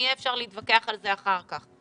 ואפשר יהיה להתווכח על זה אחר כך.